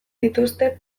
dituzte